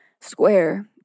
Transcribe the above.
square